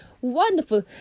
wonderful